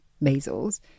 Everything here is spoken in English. measles